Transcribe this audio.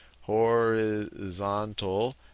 Horizontal